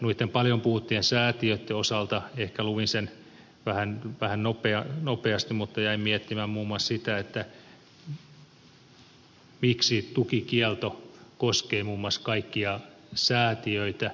noitten paljon puhuttujen säätiöitten osalta ehkä luin sen vähän nopeasti jäin miettimään muun muassa sitä miksi tukikielto koskee muun muassa kaikkia säätiöitä